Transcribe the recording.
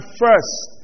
first